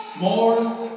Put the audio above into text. more